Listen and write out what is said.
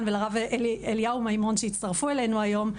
ולרב אליהו מימון שהצטרפו אלינו היום.